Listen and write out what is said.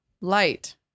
light